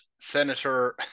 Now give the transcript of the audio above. Senator